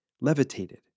levitated